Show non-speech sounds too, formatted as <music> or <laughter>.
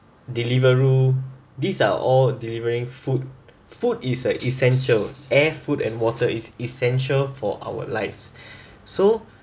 deliveroo these are all delivering food food is an essential air food and water is essential for our lives <breath> so